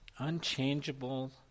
unchangeable